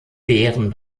beeren